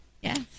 Yes